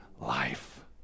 life